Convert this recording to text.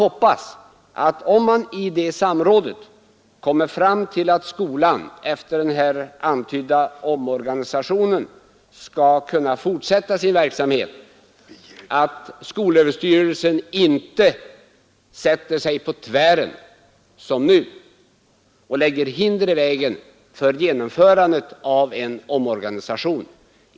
Om man i det samrådet kommer fram till att skolan efter den här antydda omorganisationen skulle kunna fortsätta sin verksamhet, hoppas jag att skolöverstyrelsen inte sätter sig på tvären som nu och lägger hinder i vägen för genomförandet av en omorganisation.